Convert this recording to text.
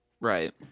Right